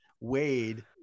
Wade